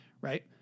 right